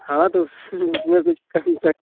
हाँ तो उस उसमें कुछ कम कर